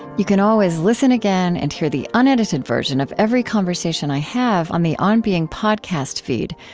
you can always listen again, and hear the unedited version of every conversation i have on the on being podcast feed,